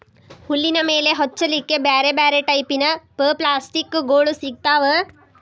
ಹುಲ್ಲಿನ ಮೇಲೆ ಹೊಚ್ಚಲಿಕ್ಕೆ ಬ್ಯಾರ್ ಬ್ಯಾರೆ ಟೈಪಿನ ಪಪ್ಲಾಸ್ಟಿಕ್ ಗೋಳು ಸಿಗ್ತಾವ